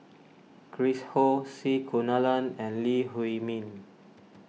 Chris Ho C Kunalan and Lee Huei Min